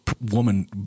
woman